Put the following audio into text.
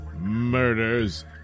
murders